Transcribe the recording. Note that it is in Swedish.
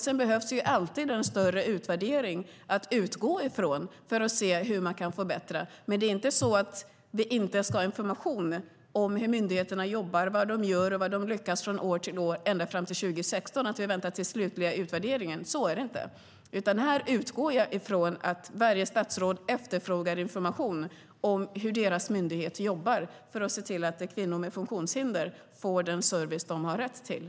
Sedan behövs alltid en större utvärdering att utgå från för att se vilka förbättringar man kan göra, men det är inte så att vi inte ska ha information om hur myndigheterna jobbar, vad de gör och vad de lyckas med från år till år ända fram till den slutliga utvärderingen 2016. Så är det inte. Här utgår jag från att varje statsråd efterfrågar information om hur deras myndighet jobbar för att se till att kvinnor med funktionshinder får den service de har rätt till.